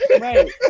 Right